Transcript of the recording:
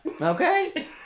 Okay